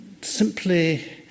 simply